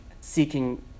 seeking